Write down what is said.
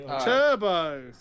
Turbo